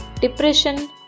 depression